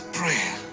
prayer